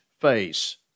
face